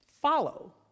follow